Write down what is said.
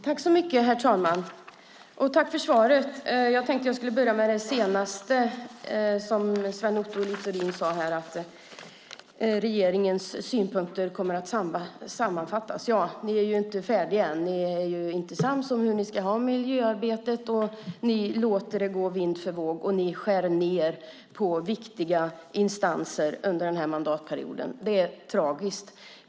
Herr talman! Tack för svaret, arbetsmarknadsministern! Jag tänkte börja med det senaste som Sven Otto Littorin sade här om att regeringens synpunkter kommer att sammanfattas. Ja, ni är ju inte färdiga än! Ni är inte sams om hur ni ska ha miljöarbetet. Ni låter det gå vind för våg, och ni har skurit ned på viktiga instanser under den här mandatperioden. Det är tragiskt.